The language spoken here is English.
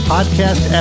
Podcast